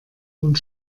und